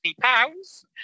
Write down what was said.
pounds